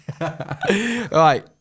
right